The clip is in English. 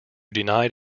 denied